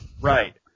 Right